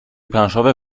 planszowe